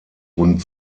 rund